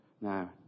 Now